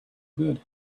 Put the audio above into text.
good